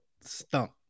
Stump